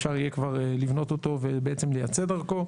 אפשר יהיה כבר לבנות אותו ובעצם לייצא דרכו.